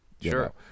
sure